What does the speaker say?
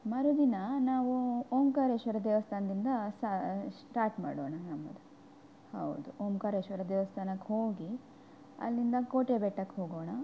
ಮರುದಿನ ನಾವು ಓಂಕಾರೇಶ್ವರ ದೇವಸ್ಥಾನದಿಂದ ಶ್ಟಾಟ್ ಮಾಡೋಣ ನಮ್ಮದು ಹೌದು ಓಂಕಾರೇಶ್ವರ ದೇವಸ್ಥಾನಕ್ಕೆ ಹೋಗಿ ಅಲ್ಲಿಂದ ಕೋಟೆ ಬೆಟ್ಟಕ್ಕೆ ಹೋಗೋಣ